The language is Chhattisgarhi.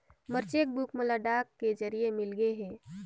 मोर चेक बुक मोला डाक के जरिए मिलगे हे